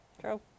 True